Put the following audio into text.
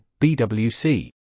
BWC